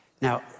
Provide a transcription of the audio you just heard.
Now